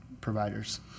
providers